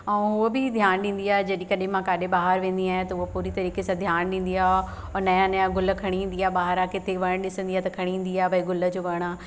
ऐं हुओ बि ध्यानु ॾींंदी आहे जॾहिं कॾहिं मां किथे ॿाहिरि वेंदी आहियां त हुओ पूरे तरीक़े सां ध्यानु ॾींदी आहे ऐं नया नया गुल खणी ईंदी आहे ॿाहिरा किथे वण ॾिसंदी आहे त खणी ईंदी आहे भई गुल जो वण आहे